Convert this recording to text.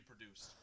produced